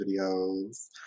videos